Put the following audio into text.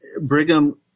Brigham